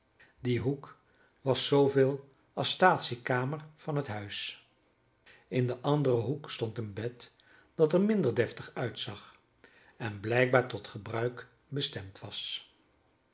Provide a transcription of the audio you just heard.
die hoek was zooveel als staatsiekamer van het huis in een anderen hoek stond een bed dat er minder deftig uitzag en blijkbaar tot gebruik bestemd was